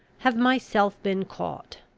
have myself been caught.